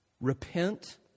Repent